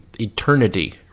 eternity